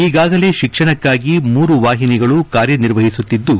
ಈಗಾಗಲೇ ಶಿಕ್ಷಣಕ್ಕಾಗಿ ಮೂರು ವಾಹಿನಿಗಳು ಕಾರ್ಯನಿರ್ವಹಿಸುತ್ತಿದ್ದು